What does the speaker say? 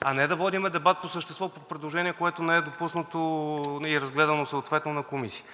а не да водим дебат по същество по предложение, което не е допуснато и не е разгледано съответно в Комисията.